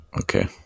Okay